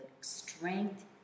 strength